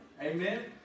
Amen